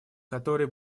которые